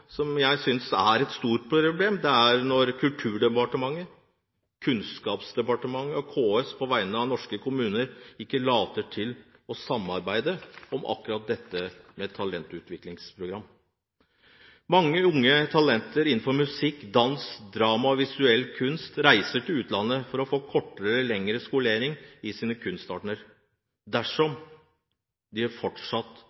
jeg synes er stort, er når Kulturdepartementet, Kunnskapsdepartementet og KS på vegne av norske kommuner ikke later til å samarbeide om akkurat dette med talentutviklingsprogrammer. Mange unge talenter innenfor musikk, dans, drama og visuell kunst reiser til utlandet for å få kortere eller lengre skolering i sine